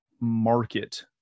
market